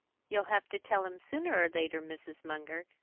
you'll have to tell him sooner or later, mrs. munger!